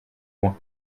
loin